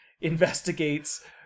investigates